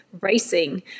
racing